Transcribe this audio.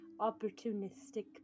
opportunistic